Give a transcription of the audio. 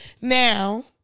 now